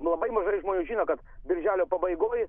nu labai mažai žmonių žino kad birželio pabaigoj